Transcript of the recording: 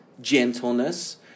gentleness